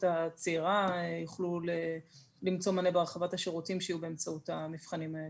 הצעירה יוכלו למצוא מענה בהרחבת השירותים שיהיו באמצעות המבחנים האלה.